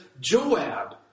Joab